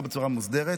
לא בצורה מוסדרת,